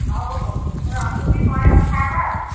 ହଉ ହଉ ମୁଁ ରଖୁଛି ପରେ କଥା ହେବା ଆଉ